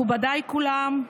כולם,